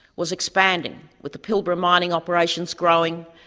was expanding, with the pilbara mining operations growing,